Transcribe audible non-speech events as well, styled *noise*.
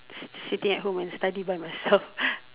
sitting at home and study by myself *laughs*